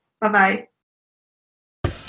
Bye-bye